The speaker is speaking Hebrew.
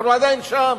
אנחנו עדיין שם.